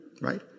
right